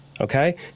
okay